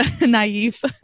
naive